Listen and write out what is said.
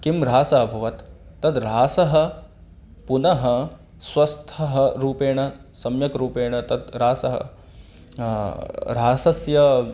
किं ह्रासः अभवत् तद् ह्रासः पुनः स्वस्थः रूपेण सम्यक् रूपेण तत् ह्रासः ह्रासस्य